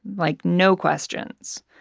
like, no questions.